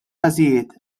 każijiet